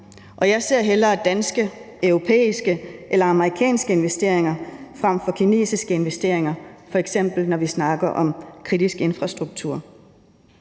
jeg ser hellere danske, europæiske eller amerikanske investeringer frem for kinesiske investeringer, når vi f.eks. snakker om kritisk infrastruktur.